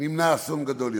נמנע אסון גדול יותר.